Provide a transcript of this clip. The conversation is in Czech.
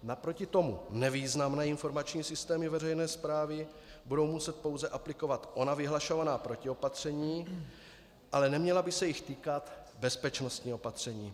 Naproti tomu nevýznamné informační systémy veřejné správy budou muset pouze aplikovat ona vyhlašovaná protiopatření, ale neměla by se jich týkat bezpečnostní opatření.